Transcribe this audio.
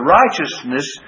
righteousness